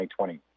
2020